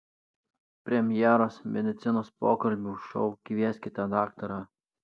premjeros medicinos pokalbių šou kvieskite daktarą